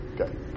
Okay